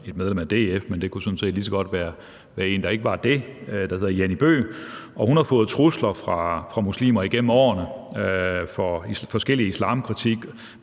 et medlem af DF, men det kunne sådan set lige så godt være en, der ikke var det, og hun hedder Jannie Bøgh, og hun har fået trusler fra muslimer igennem årene for forskellig islamkritik.